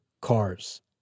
cars